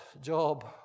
job